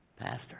Pastor